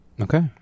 okay